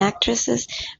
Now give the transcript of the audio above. actress